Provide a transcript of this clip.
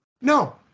No